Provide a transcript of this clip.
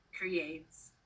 creates